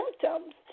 symptoms